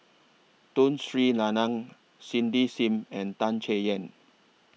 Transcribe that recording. Tun Sri Lanang Cindy SIM and Tan Chay Yan